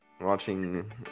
Watching